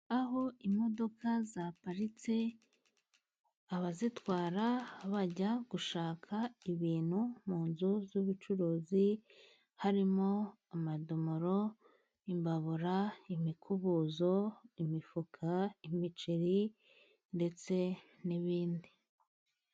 Aho imodoka zaparitse, abazitwara bajya gushaka ibintu mu nzu z'ubucuruzi harimo amadomoro, imbabura, imikubuzo, imifuka, imiceri ndetse n'ibindi.